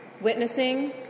Witnessing